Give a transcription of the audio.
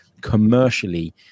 commercially